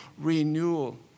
renewal